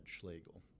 Schlegel